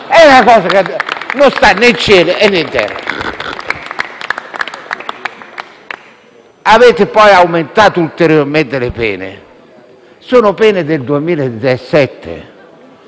È una cosa che non sta né in cielo e né in terra. Avete poi aumentato ulteriormente le pene; ma sono pene del 2007.